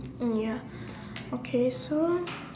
mm ya okay so